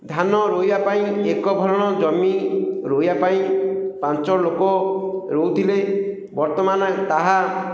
ଧାନ ରୋଇବା ପାଇଁ ଏକ ଭରଣ ଜମି ରୋଇବା ପାଇଁ ପାଞ୍ଚ ଲୋକ ରୋଉଥିଲେ ବର୍ତ୍ତମାନ ତାହା